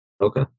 Okay